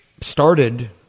started